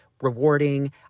rewarding